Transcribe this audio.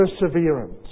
perseverance